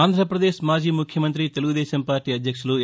ఆంధ్రప్రదేశ్ మాజీ ముఖ్యమంతి తెలుగుదేశం పార్టీ అధ్యక్షులు ఎన్